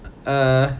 err